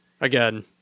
again